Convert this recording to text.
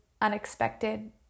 unexpected